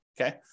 okay